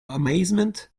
amazement